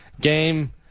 game